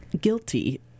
guilty